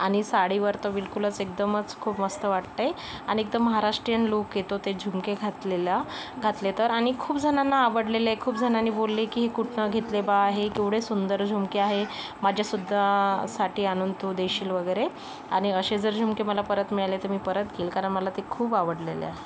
आणि साडीवर तर बिलकुलच एकदमच खूप मस्त वाटते आणि एकदम महाराष्ट्रीयन लूक येतो ते झुमके घातलेला घातले तर आणि खूपजणांना आवडलेले खूपजणांनी बोलले की हे कुठनं घेतले बा हे केवढे सुंदर झुमके आहे माझ्यासुद्धासाठी आणून तू देशील वगैरे आणि असे जर झुमके मला परत मिळाले तर मी परत घेईन कारण मला ते खूप आवडलेले आहे